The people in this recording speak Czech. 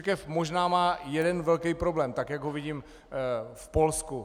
Církev možná má jeden velký problém, tak jak ho vidím v Polsku.